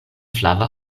flava